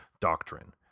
doctrine